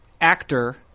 actor